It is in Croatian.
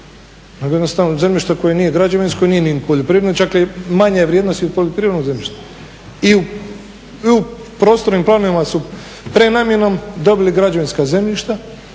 jednostavno zemljišta koje nije građevinsko nije ni poljoprivredno čak je manja vrijednost i od poljoprivrednog zemljišta. i u prostornim planovima su prenamjenom dobili građevinska zemljišta